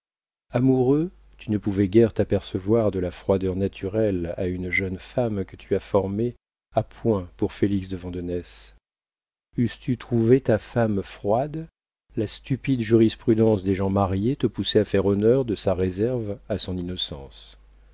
amoureux tu ne pouvais guère t'apercevoir de la froideur naturelle à une jeune femme que tu as formée à point pour félix de vandenesse eusses tu trouvé ta femme froide la stupide jurisprudence des gens mariés te poussait à faire honneur de sa réserve à son innocence